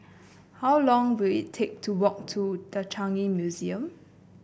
how long will it take to walk to The Changi Museum